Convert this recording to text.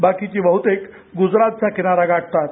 बाकीची बहुतेक गुजरातचा किनारा गाठतात